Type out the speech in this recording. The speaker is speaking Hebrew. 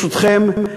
ברשותכם,